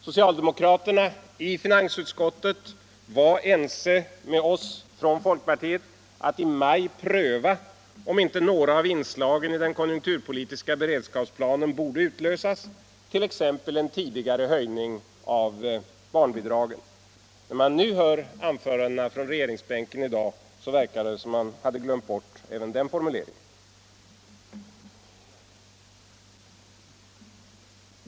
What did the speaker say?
Socialdemokraterna i finansutskottet var ense med oss i folkpartiet om att i maj pröva om inte några av inslagen i den konjunkturpolitiska beredskapsplanen borde utlösas, t.ex. en tidigare höjning av barnbidragen. När man nu hör anförandena från regeringsbänken verkar det som om man hade glömt bort även den formuleringen.